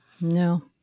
No